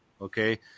okay